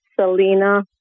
Selena